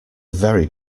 very